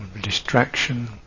Distraction